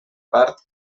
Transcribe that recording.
part